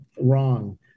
wrong